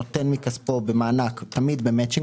נותן מכספו במענק תמיד במצ'ינג,